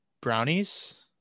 brownies